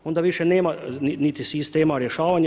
Onda vise nema niti sistema rješavanja.